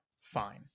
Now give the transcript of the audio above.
Fine